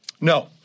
No